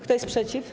Kto jest przeciw?